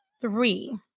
Three